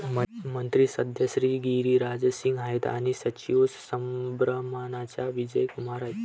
मंत्री सध्या श्री गिरिराज सिंग आहेत आणि सचिव सुब्रहमान्याम विजय कुमार आहेत